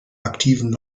aktiven